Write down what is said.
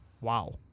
Wow